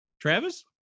travis